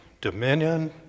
dominion